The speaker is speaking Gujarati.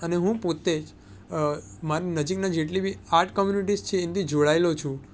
અને હું પોતે જ મારી નજીકના જેટલી બી આર્ટ કમ્યુનિટીઝ છે એનાથી જોડાયેલો છું